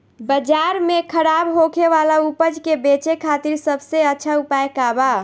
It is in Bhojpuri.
बाजार में खराब होखे वाला उपज के बेचे खातिर सबसे अच्छा उपाय का बा?